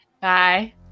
Bye